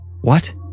What